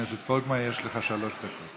הכנסת פולקמן, יש לך שלוש דקות.